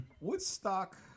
Woodstock